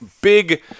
big